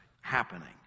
happening